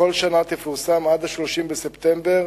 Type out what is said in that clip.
בכל שנה תפורסם עד 30 בספטמבר